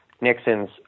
Nixon's